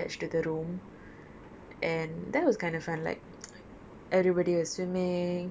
it was fine honestly because okay we had a pool attached to the room and that was kind of fun like everybody was swimming